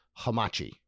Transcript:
hamachi